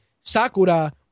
sakura